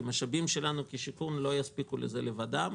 המשאבים שלנו כמשרד הבינוי והשיכון לא יספיקו לזה לבדם.